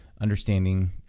understanding